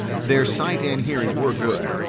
their sight and hearing were good,